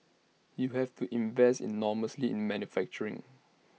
you have to invest enormously in manufacturing